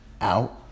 out